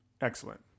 Excellent